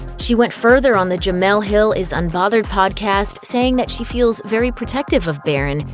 she went further on the jemele hill is unbothered podcast, saying that she feels very protective of barron,